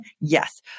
Yes